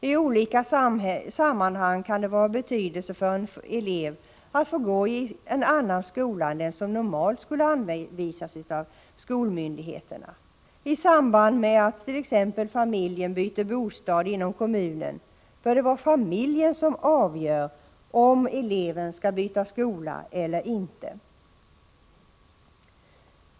I olika sammanhang kan det vara av betydelse för en elev att få gå i en annan skola än den som normalt skulle anvisas av skolmyndigheterna. I samband med att t.ex. familjen byter bostad inom kommunen bör det vara familjen som avgör om eleven skall byta skola eller inte.